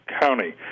County